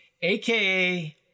aka